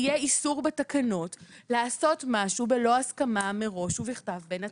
יהיה איסור בתקנות לעשות משהו בלא הסכמה מראש ובכתב בין הצדדים.